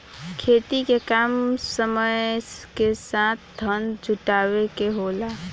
खेती के काम समय के साथ धन जुटावे के होला